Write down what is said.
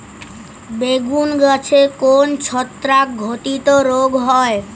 বেগুন গাছে কোন ছত্রাক ঘটিত রোগ হয়?